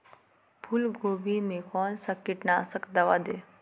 फूलगोभी में कौन सा कीटनाशक दवा दे?